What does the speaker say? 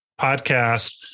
podcast